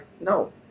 No